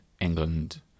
England